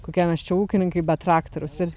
kokie nors čia ūkininkai be traktoriaus ir